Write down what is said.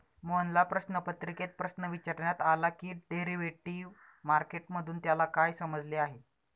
मोहनला प्रश्नपत्रिकेत प्रश्न विचारण्यात आला की डेरिव्हेटिव्ह मार्केट मधून त्याला काय समजले आहे?